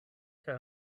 kaj